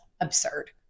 absurd